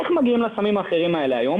איך מגיעים לסמים האחרים האלה היום?